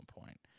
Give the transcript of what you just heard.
point